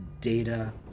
data